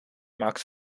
maakt